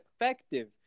effective